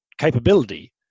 capability